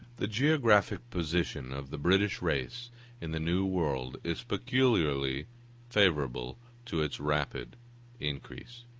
the geographical position of the british race in the new world is peculiarly favorable to its rapid increase.